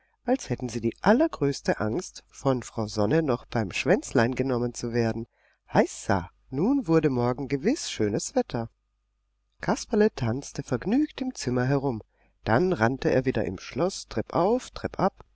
als hätten sie die allergrößte angst von frau sonne noch beim schwänzlein genommen zu werden heisa nun wurde morgen gewiß schönes wetter kasperle tanzte vergnügt im zimmer herum dann rannte er wieder im schloß treppauf treppab